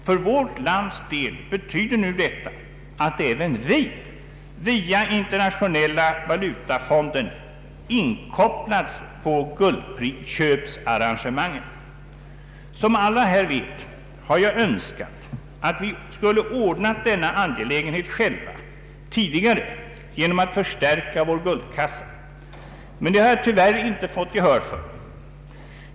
För vårt lands del betyder nu detta att även vi har via Internationella valutafonden inkopplats på guldköpsarrangemangen. Som alla här vet, har jag önskat att vi tidigare själva hade ordnat denna angelägenhet genom att förstärka vår guldkassa. Men det har jag tyvärr inte fått gehör för.